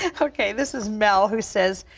okay, this is mel, who says,